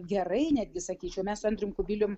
gerai netgi sakyčiau mes su andrium kubilium